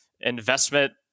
investment